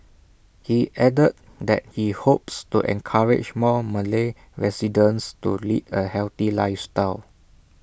he added that he hopes to encourage more Malay residents to lead A healthy lifestyle